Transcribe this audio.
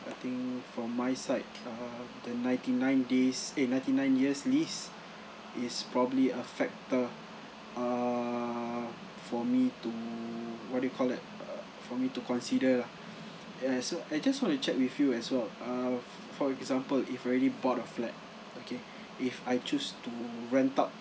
I think for my side err the ninety nine days days eh ninety nine years lease is probably a factor err for me to what do you call that uh for me to consider lah and so I just want to check with you as well err for example if already bought a flat okay if I choose to rent out